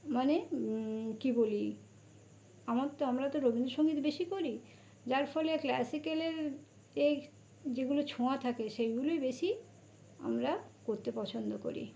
মানে কী বলি আমার তো আমরা তো রবীন্দ্রসঙ্গীত বেশি করি যার ফলে ক্লাসিক্যালের এই যেগুলো ছোঁয়া থাকে সেইগুলোই বেশি আমরা করতে পছন্দ করি